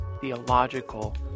theological